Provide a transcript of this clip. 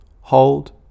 hold